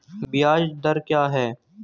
ब्याज दर क्या है?